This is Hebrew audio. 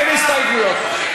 אין הסתייגויות.